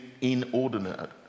inordinate